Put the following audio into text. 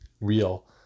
real